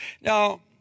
Now